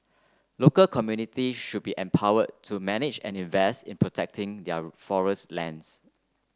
local communities should be empowered to manage and invest in protecting their forest lands